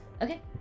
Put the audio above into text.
Okay